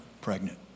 pregnant